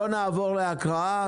נעבור לקראה.